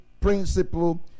principle